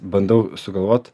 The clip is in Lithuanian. bandau sugalvot